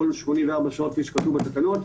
כל 84 שעות כפי שכתוב בתקנות.